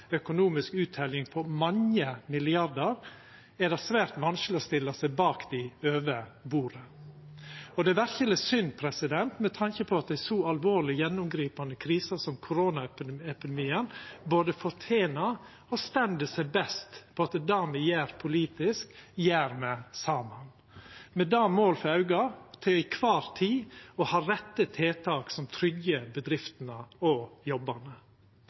økonomisk utteljing på mange milliardar kroner – er det svært vanskeleg å stilla seg bak dei over bordet. Og det er verkeleg synd med tanke på at ei så alvorleg gjennomgripande krise som koronapandemien både fortener og står seg best på at det me gjer politisk, gjer me saman, med det målet for auge til kvar tid å ha rette tiltak som tryggjer bedriftene og jobbane,